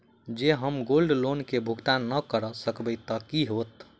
जँ हम gold loan केँ भुगतान न करऽ सकबै तऽ की होत?